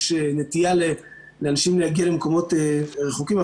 יש נטייה לאנשים להגיע למקומות רחוקים.